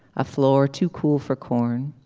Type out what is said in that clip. a floor too cool for corn.